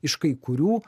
iš kai kurių